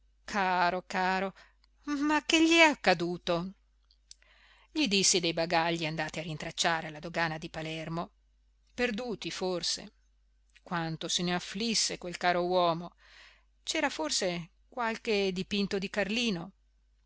caro caro ma che gli è accaduto gli dissi dei bagagli andati a rintracciare alla dogana di palermo perduti forse quanto se n'afflisse quel caro uomo c'era forse qualche dipinto di carlino